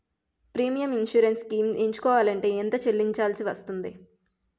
Premium insurance schemes ఎంచుకోవలంటే ఎంత చల్లించాల్సివస్తుంది??